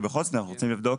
אנחנו רוצים לבדוק,